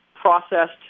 Processed